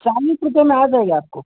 चालीस रुपये में आ जाएगा आप को